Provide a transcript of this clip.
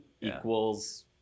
equals